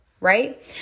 right